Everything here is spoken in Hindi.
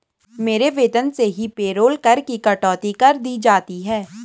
मेरे वेतन से ही पेरोल कर की कटौती कर दी जाती है